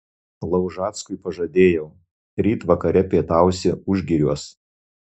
laužackui pažadėjau ryt vakare pietausi užgiriuos